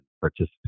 participate